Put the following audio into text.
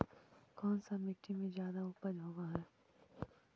कोन सा मिट्टी मे ज्यादा उपज होबहय?